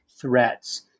threats